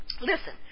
Listen